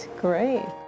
great